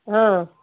ହଁ